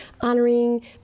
honoring